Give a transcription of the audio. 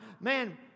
Man